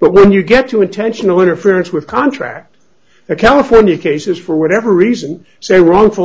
but when you get to intentional interference with contract the california cases for whatever reason say wrongful